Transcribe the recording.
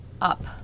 up